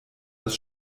das